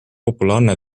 populaarne